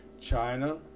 China